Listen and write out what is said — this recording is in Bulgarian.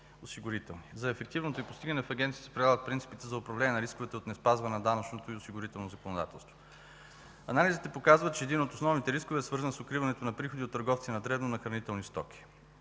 За ефективното й постигане в Агенцията се прилагат принципите за управление на рисковете от неспазване на данъчното и осигурителното законодателство. Анализите показват, че един от основните рискове е свързан с укриването на приходи от търговци на дребно на хранителни стоки.